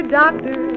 doctor